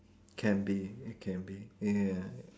can be it can be ya